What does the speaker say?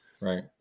right